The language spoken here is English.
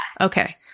Okay